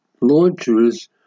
launchers